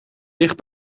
dicht